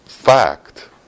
fact